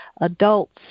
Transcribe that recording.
adults